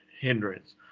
hindrance